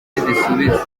zisubiza